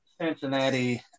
Cincinnati